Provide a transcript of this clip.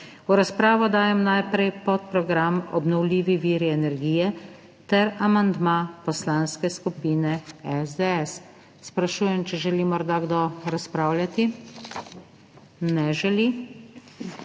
V razpravo dajem najprej podprogram Obnovljivi viri energije ter amandma Poslanske skupine SDS. Sprašujem, če želi morda kdo razpravljati. Ne želi.